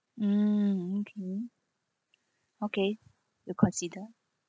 mm okay okay will consider